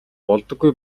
болдоггүй